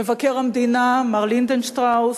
מבקר המדינה מר לינדנשטראוס,